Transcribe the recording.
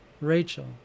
Rachel